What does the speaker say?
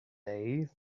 day